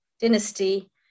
dynasty